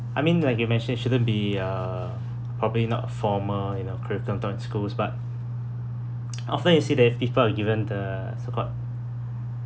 I mean like you mentioned shouldn't be uh probably not formal you know curriculum taught in schools but after you said that people are given the so-called